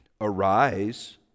arise